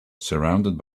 surrounded